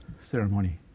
ceremony